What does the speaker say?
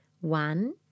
One